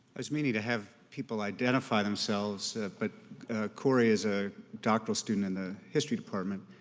i was meaning to have people identify themselves, but cory is a doctoral student in the history department.